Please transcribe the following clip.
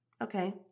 Okay